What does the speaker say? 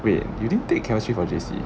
wait you didn't take chemistry for J_C